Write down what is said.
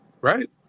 right